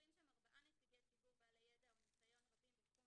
אומרים שם ארבעה נציגי ציבור בעלי ידע וניסיון רבים בתחום